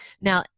Now